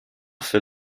fait